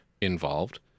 involved